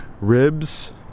ribs